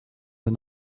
the